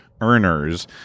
earners